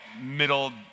middle